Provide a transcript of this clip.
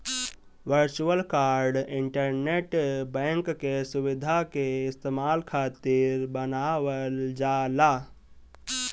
virtual card internet bank के सुविधा के इस्तेमाल खातिर बनावल जाला